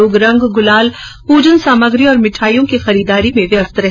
लोग रंग गुलाल पूजन सामग्री और मिठाइयों की खरीददारी में व्यस्त रहे